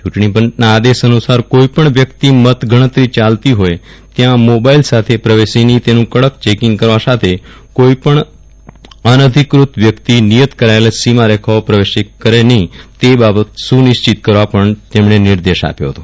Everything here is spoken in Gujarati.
ચૂંટણીપંચના આદેશ અનુસાર કોઇપણ વ્યકિત મતગણતરી ચાલતી હોયત્યાં મોબાઇલ સાથે પ્રવેશે નફીં તેનું કડક ચેકીંગ કરવા સાથે કોઇ પણ અનધિકૃત વ્યકિત નિયત કરાયેલ સીમારેખામાંપ્રવેશ કરે નફીં તે બાબત સુનિશ્ચિત કરવા પણ નિર્દેશ આપ્યો ફતો